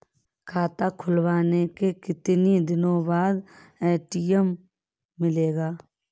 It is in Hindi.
खाता खुलवाने के कितनी दिनो बाद ए.टी.एम मिलेगा?